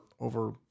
over